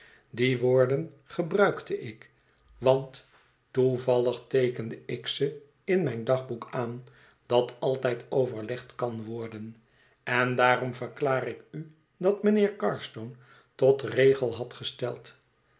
die woorden gebruikte ik want toevallig teekende ik ze in mijn dagboek aan dat altijd overgelegd kan worden en daarom verklaarde ik u dat mijnheer carstone tot regel had gesteld